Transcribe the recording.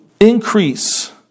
increase